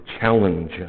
challenge